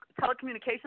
telecommunications